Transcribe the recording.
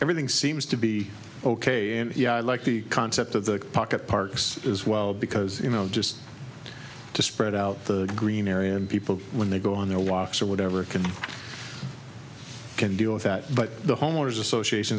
everything seems to be ok and i like the concept of the pocket parks as well because you know just to spread out the green area and people when they go on their walks or whatever can can deal with that but the homeowners association